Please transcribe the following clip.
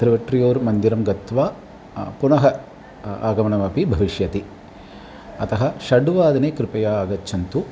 तिरुवट्र्युर् मन्दिरं गत्वा पुनः आगमनमपि भविष्यति अतः षड् वादने कृपया आगच्छन्तु